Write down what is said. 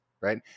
right